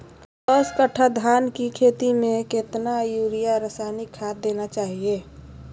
दस कट्टा धान की खेती में कितना यूरिया रासायनिक खाद देना चाहिए?